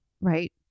right